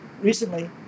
recently